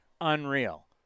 Unreal